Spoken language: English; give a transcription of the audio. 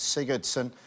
Sigurdsson